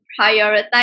prioritize